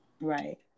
Right